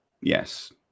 Yes